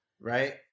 right